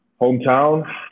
hometown